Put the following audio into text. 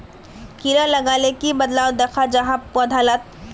कीड़ा लगाले की बदलाव दखा जहा पौधा लात?